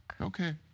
okay